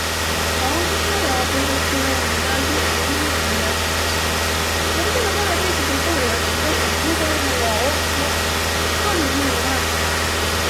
Saudi Araabia kotsilõ ma midägi ei tiiäq kah'os. Ma pidänõq või-ollaq tõisi kultuurõ kotsilõ rohkõmb lugõma ja opma, tuu olnuq mullõ väega hää.